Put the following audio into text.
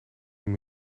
een